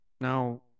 Now